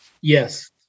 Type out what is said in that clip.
Yes